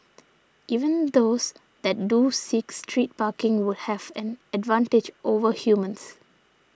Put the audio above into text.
even those that do seek street parking would have an advantage over humans